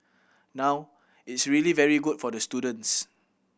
now it's really very good for the students